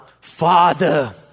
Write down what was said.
Father